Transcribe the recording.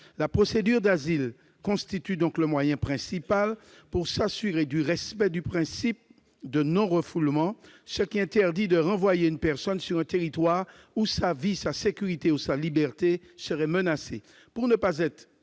La procédure d'asile constitue donc le moyen principal pour s'assurer du respect du principe de non-refoulement, ce qui interdit de renvoyer une personne sur le territoire où sa vie, sa sécurité ou sa liberté seraient menacées. Pour ne pas être